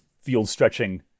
field-stretching